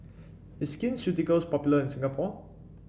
is Skin Ceuticals popular in Singapore